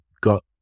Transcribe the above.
got